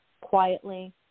quietly